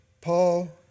Paul